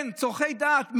צורכי דת,